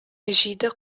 җиде